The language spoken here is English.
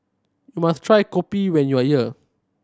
you must try kopi when you are here